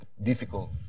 difficult